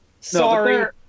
Sorry